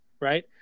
right